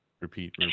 repeat